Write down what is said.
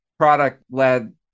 product-led